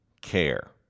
care